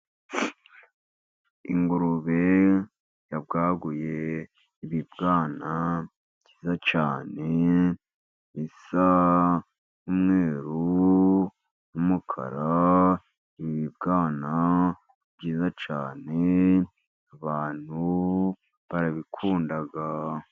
Ingurube yabwaguye ibibwana byiza cyane, bisa n’umweru n’umukara. Ibibwana byiza cyane, abantu barabikunda.